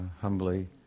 humbly